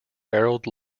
harold